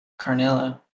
Carnilla